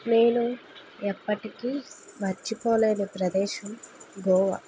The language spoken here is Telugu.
నేను ఎప్పటికీ మర్చిపోలేని ప్రదేశం గోవా